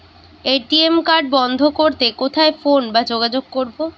ATM card বন্ধ করতে কোথায় ফোন বা যোগাযোগ করব?